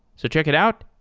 so check it out,